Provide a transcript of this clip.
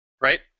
Right